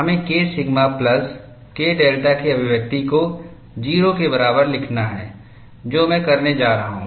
हमें K sigma plus K delta की अभिव्यक्ति को 0 के बराबर लिखना है जो मैं करने जा रहा हूं